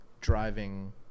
driving